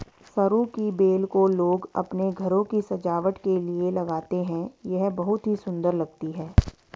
सरू की बेल को लोग अपने घरों की सजावट के लिए लगाते हैं यह बहुत ही सुंदर लगती है